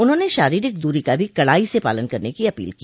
उन्होंने शारीरिक दूरी का भी कड़ाई से पालन करने की अपील की